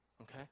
okay